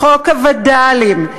חוק הווד"לים,